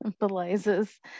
symbolizes